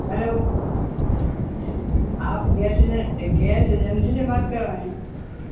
hello آپ gas gas agency سے بات کر رہے ہیں